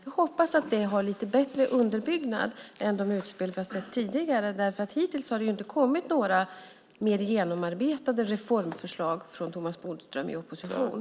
Jag hoppas att det har lite bättre underbyggnad än de utspel som vi har sett tidigare. Hittills har det ju inte kommit några mer genomarbetade reformförslag från Thomas Bodström i opposition.